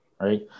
Right